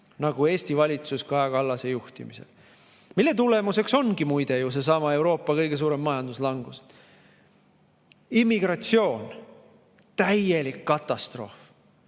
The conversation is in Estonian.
nagu Eesti valitsus Kaja Kallase juhtimisel. Selle tulemuseks ongi muide ju seesama Euroopa kõige suurem majanduslangus. Immigratsioon – täielik katastroof.